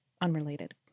unrelated